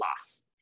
loss